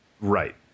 Right